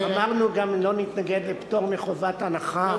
אמרנו גם: לא נתנגד לפטור מחובת הנחה.